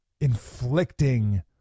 inflicting